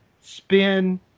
spin